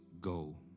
go